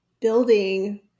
building